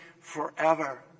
forever